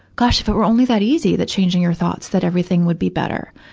gosh, if it were only that easy, that changing your thoughts, that everything would be better.